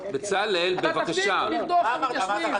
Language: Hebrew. אמרת "חתיכת אפס"?